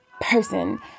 person